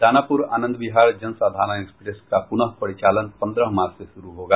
Danapur Anand Vihar Jansadharan express का पुनः परिचालन पन्द्रह मार्च से शुरू होगा